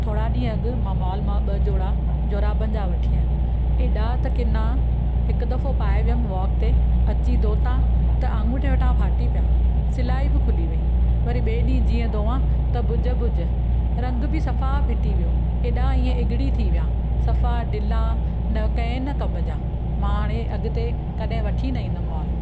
थोरा ॾींहुं अॻु मां मॉल मां ॿ जोड़ा जोराबनि जा वठी आयमि हेॾा त किना हिकु दफ़ो पाए वियमि वॉक ते अची धोता त आंगुठे वठा फाटी पिया सिलाई बि खुली वेई वरी ॿिए ॾींहुं जी धोआ त बुझु बुझु रंग बि सफ़ा फिटी वियो हेॾा इअं ईगड़ी थी विया सफ़ा ढिला न कंहिं न कमु जा मां हाणे अॻिते कॾहिं वठी न ईंदमांनि